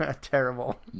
Terrible